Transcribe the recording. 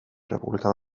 república